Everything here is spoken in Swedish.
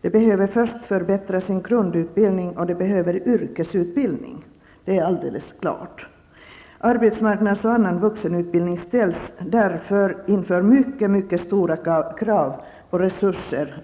De behöver först förbättra sin grundutbildning, och därefter behöver de en yrkesutbildning. Arbetsmarknads och vuxenutbildning ställs därför inför mycket stora krav på resurser.